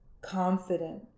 confident